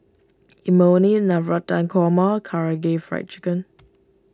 Imoni Navratan Korma Karaage Fried Chicken